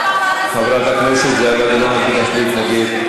חברת הכנסת זהבה גלאון, אני אתן לך להתנגד.